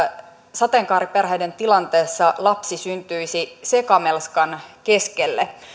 sateenkaariperheiden tilanteessa lapsi syntyisi sekamelskan keskelle